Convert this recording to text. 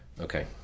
Okay